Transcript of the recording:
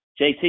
JT